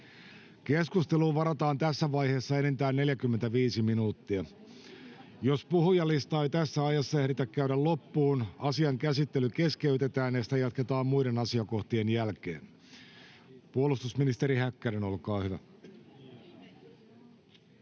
Keskusteluun varataan tässä vaiheessa enintään 30 minuuttia. Jos puhujalistaa ei tässä ajassa ehditä käydä loppuun, asian käsittely keskeytetään ja sitä jatketaan muiden asiakohtien jälkeen. — Ministeri Meri, olkaa hyvä.